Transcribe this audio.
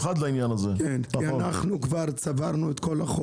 כן, אנחנו כבר צברנו את כל החומר.